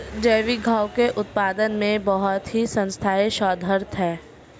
जैविक खाद्य के उत्पादन में बहुत ही संस्थाएं शोधरत हैं